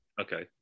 okay